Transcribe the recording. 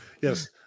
yes